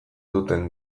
duten